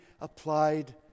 applied